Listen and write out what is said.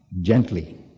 gently